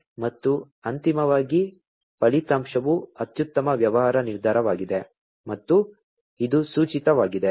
ಮತ್ತು ಅಂತಿಮವಾಗಿ ಫಲಿತಾಂಶವು ಅತ್ಯುತ್ತಮ ವ್ಯವಹಾರ ನಿರ್ಧಾರವಾಗಿದೆ ಮತ್ತು ಇದು ಸೂಚಿತವಾಗಿದೆ